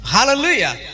Hallelujah